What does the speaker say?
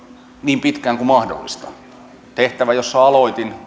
niin pitkään kuin mahdollista tehtävään jossa aloitin